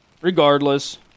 Regardless